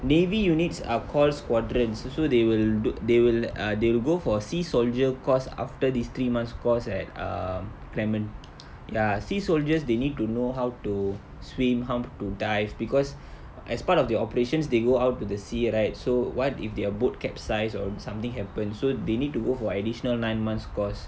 navy units are called squadrons so they will d~ they will ah they will go for sea soldier course after this three months course at um clement~ ya sea soldiers they need to know how to swim how to dive because as part of their operations they go out to the sea right so what if their boat capsized or something happened so they need to go for additional nine months course